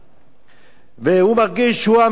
והוא מרגיש שהוא המנהיג של המפלגה,